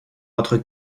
votre